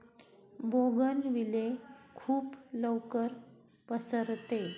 bougainvillea खूप लवकर पसरते